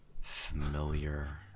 familiar